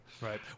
Right